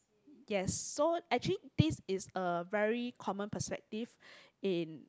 yes so actually this is a very common perspective in